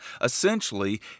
Essentially